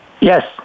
Yes